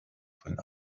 von